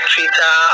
Twitter